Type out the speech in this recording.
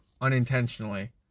unintentionally